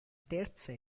terza